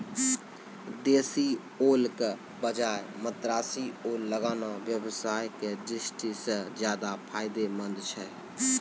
देशी ओल के बजाय मद्रासी ओल लगाना व्यवसाय के दृष्टि सॅ ज्चादा फायदेमंद छै